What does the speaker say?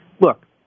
Look